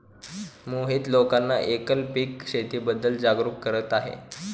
मोहित लोकांना एकल पीक शेतीबद्दल जागरूक करत आहे